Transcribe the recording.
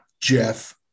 Jeff